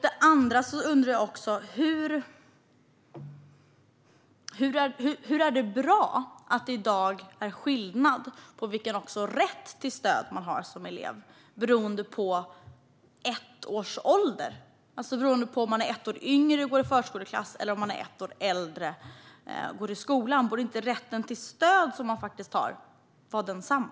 Den andra handlar om på vilket sätt det är bra att det i dag är skillnad i vilken rätt till stöd man har som elev beroende på om man är ett år yngre och går i förskoleklass eller ett år äldre och går i skolan. Borde inte den rätt till stöd som man faktiskt har vara densamma?